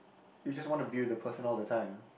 you just want to be with the person all the time